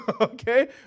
okay